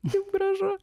kaip gražu